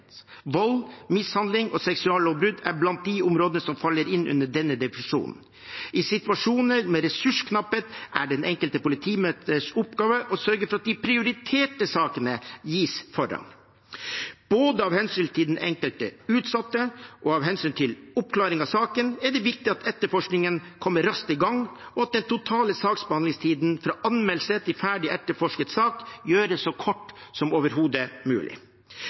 Vold, mishandling og seksuallovbrudd er blant de områdene som faller inn under denne definisjonen. I situasjoner med ressursknapphet er den enkelte politimesters oppgave å sørge for at de prioriterte sakene gis forrang. Både av hensyn til den enkelte utsatte og av hensyn til oppklaring av saken er det viktig at etterforskningen kommer raskt i gang, og at den totale saksbehandlingstiden, fra anmeldelse til ferdig etterforsket sak, gjøres så kort som overhodet mulig.